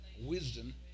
wisdom